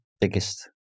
biggest